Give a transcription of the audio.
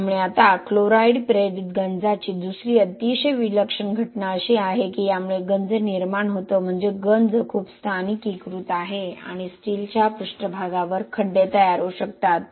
त्यामुळे आता क्लोराईड प्रेरित गंजाची दुसरी अतिशय विलक्षण घटना अशी आहे की यामुळे गंज निर्माण होतो म्हणजे गंज खूप स्थानिकीकृत आहे आणि स्टीलच्या पृष्ठभागावर खड्डे तयार होऊ शकतात